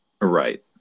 right